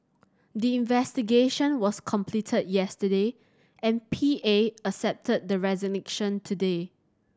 the investigation was completed yesterday and P A accepted the resignation today